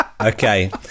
Okay